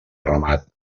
ramat